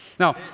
Now